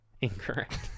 Incorrect